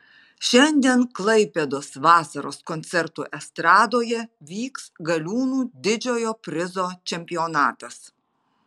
šiandien klaipėdos vasaros koncertų estradoje vyks galiūnų didžiojo prizo čempionatas